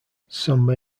some